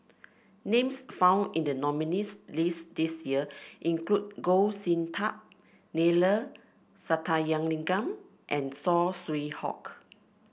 names found in the nominees' list this year include Goh Sin Tub Neila Sathyalingam and Saw Swee Hock